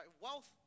Wealth